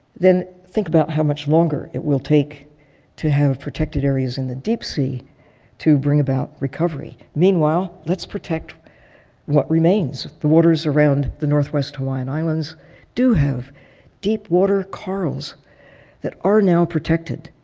then think about how much longer it will take to have protected areas in the deep sea to bring about recovery. meanwhile, let's protect what remains. the waters around the northwest hawaiian islands do have deep-water corals that are now protected,